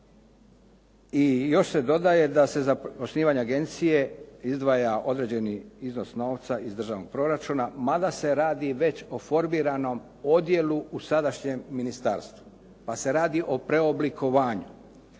I još se dodaje, da se za osnivanje agencije izdvaja određeni iznos novca iz državnog proračuna, mada se radi već o formiranom odjelu u sadašnjem ministarstvu. Pa se radi o preoblikovanju.